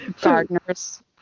gardeners